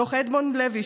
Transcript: דוח אדמונד לוי,